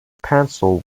pencil